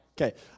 Okay